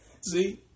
See